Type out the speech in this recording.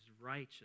righteous